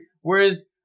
Whereas